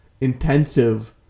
intensive